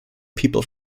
people